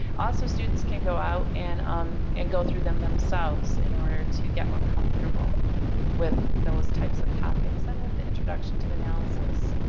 also students can go out and um and go through them themselves in order to get more comfortable with those types of topics and with the introduction to analysis.